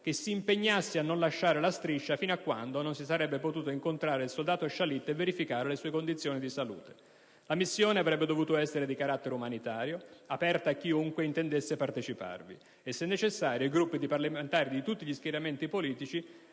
che si impegnasse a non lasciare la Striscia fino a quando non si sarebbe potuto incontrare il soldato Shalit e verificare le sue condizioni di salute. La missione avrebbe dovuto essere di carattere umanitario, aperta a chiunque intendesse parteciparvi e, se necessario, i gruppi di parlamentari di tutti gli schieramenti politici